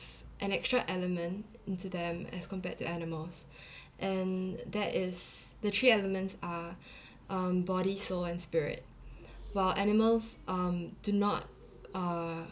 an extra element into them as compared to animals and that is the three elements are um body soul and spirit while animals um do not uh